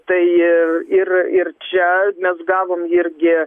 tai ir ir čia mes gavom irgi